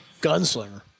Gunslinger